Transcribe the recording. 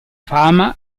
fama